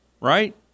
Right